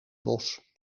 bos